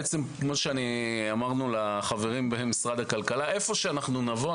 אמרנו לחברים במשרד העבודה שבמקומות שנבדוק,